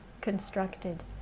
constructed